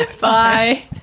Bye